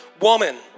woman